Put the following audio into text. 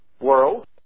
world